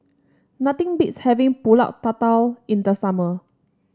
nothing beats having pulut tatal in the summer